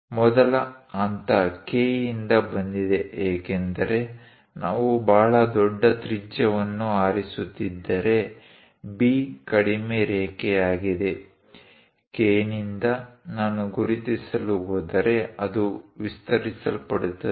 ಮೊದಲ ಹಂತ K ಯಿಂದ ಬಂದಿದೆ ಏಕೆಂದರೆ ನಾವು ಬಹಳ ದೊಡ್ಡ ತ್ರಿಜ್ಯವನ್ನು ಆರಿಸುತ್ತಿದ್ದರೆ B ಕಡಿಮೆ ರೇಖೆಯಾಗಿದೆ K ನಿಂದ ನಾನು ಗುರುತಿಸಲು ಹೋದರೆ ಅದು ವಿಸ್ತರಿಸಲ್ಪಡುತ್ತದೆ